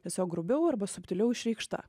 tiesiog grubiau arba subtiliau išreikšta